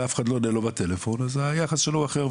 ואף אחד לא עונה לו בטלפון אז היחס שלו אחר.